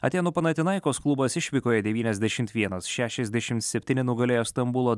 atėnų panatinaikos klubas išvykoje devyniasdešimt vienas šešiasdešimt septyni nugalėjo stambulo